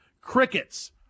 crickets